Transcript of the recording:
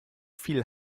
viel